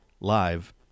live